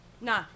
Nah